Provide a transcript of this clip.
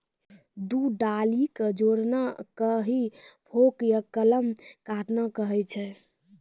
दू डाली कॅ जोड़ना कॅ ही फोर्क या कलम काटना कहै छ